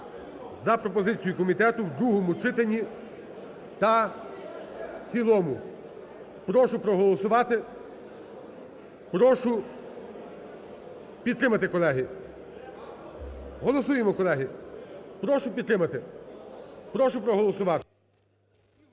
за пропозицією комітету в другому читанні та в цілому. Прошу проголосувати. Прошу підтримати, колеги. Голосуємо, колеги. Прошу підтримати. Прошу проголосувати.